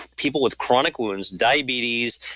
people with chronic wounds, diabetes,